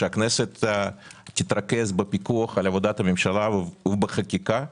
שהכנסת תתרכז בפיקוח על עבודת הממשלה ובחקיקה,